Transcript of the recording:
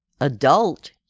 adult